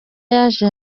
yaje